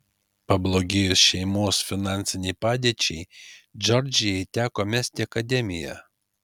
pablogėjus šeimos finansinei padėčiai džordžijai teko mesti akademiją